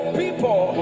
people